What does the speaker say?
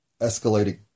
escalating